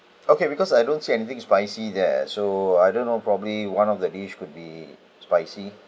okay because I don't see anything spicy there so I don't know probably one of the dish could be spicy